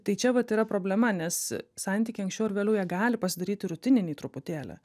tai čia vat yra problema nes santykiai anksčiau ar vėliau jie gali pasidaryti rutininiai truputėlį